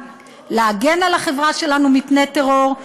להגן על החברה שלנו מפני טרור,